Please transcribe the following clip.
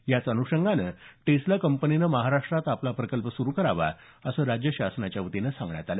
याच अनुषंगाने टेस्ला कंपनीने महाराष्ट्रात आपला प्रकल्प सुरू करावा असं राज्य शासनाच्या वतीनं सांगण्यात आलं